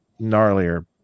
Gnarlier